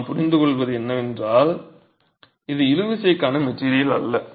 நாம் புரிந்துகொள்வது என்னவென்றால் இது இழுவிசைக்கான மெட்டிரியல் அல்ல